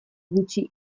gutxi